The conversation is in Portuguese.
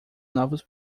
novos